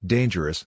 Dangerous